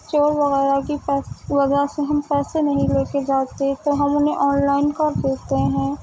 چور وغیرہ کی وجہ سے ہم پیسے نہیں لے کے جاتے تو ہم انہیں آن لائن کر دیتے ہیں